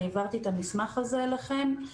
אני העברתי את המסמך הזה אליכם.